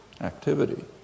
activity